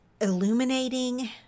illuminating